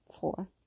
four